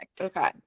Okay